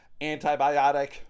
antibiotic